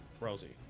rosie